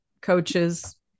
coaches